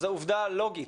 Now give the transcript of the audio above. זה עובדה לוגית.